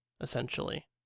essentially